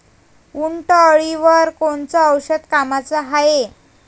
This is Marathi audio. उंटअळीवर कोनचं औषध कामाचं हाये?